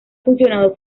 funcionado